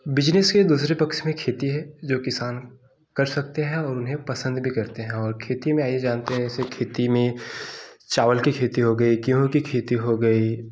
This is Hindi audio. बिजनेस के दूसरे पक्ष में खेती है जो किसान कर सकते हैं और उन्हें पसंद भी करते हैं और खेती में आइए जानते हैं ऐसे खेती में चावल की खेती हो गई गेहूँ की खेती हो गई